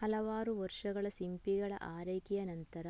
ಹಲವಾರು ವರ್ಷಗಳ ಸಿಂಪಿಗಳ ಆರೈಕೆಯ ನಂತರ,